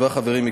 ההסכם המינהלי.